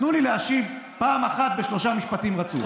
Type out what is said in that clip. תנו לי להשיב פעם אחת בשלושה משפטים רצופים.